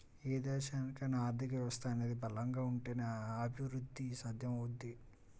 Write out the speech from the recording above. ఏ దేశానికైనా ఆర్థిక వ్యవస్థ అనేది బలంగా ఉంటేనే అభిరుద్ధి సాధ్యమవుద్ది